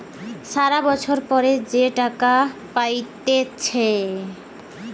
সারা বছর পর যে টাকা পাইতেছে